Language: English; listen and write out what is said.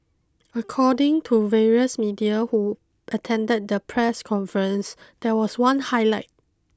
according to various media who attended the press conference there was one highlight